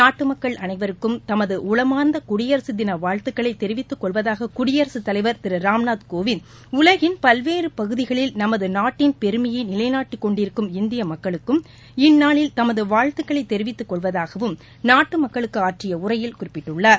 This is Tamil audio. நாட்டு மக்கள் அனைவருக்கும் தமது உளமார்ந்த குடியரசுத் தின வாழ்த்துகளை தெரிவித்துக் கொள்ளவதாக கூறிய குடியரசுத் தலைவர் திரு ராம்நாத் கோவிந்த் உலகின் பல்வேறு பகுதிகளில் நமது நாட்டின் பெருமையை நிலைநாட்டிக் கொண்டிருக்கும் இந்திய மக்களுக்கும் இந்நாளில் தமது வாழ்த்துகளை தெரிவித்துக் கொள்வதாகவும் நாட்டு மக்களுக்கு ஆற்றிய உரையில் குறிப்பிட்டுள்ளார்